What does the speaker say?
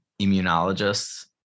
immunologists